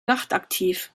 nachtaktiv